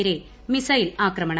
നേരെ മിസൈൽ ആക്രമണം